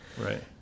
Right